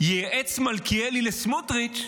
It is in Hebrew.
ייעץ מלכיאלי לסמוטריץ':